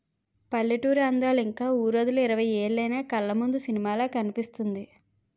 పల్లెటూరి అందాలు ఇంక వూరొదిలి ఇరవై ఏలైన కళ్లముందు సినిమాలా కనిపిస్తుంది